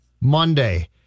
Monday